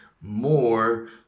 more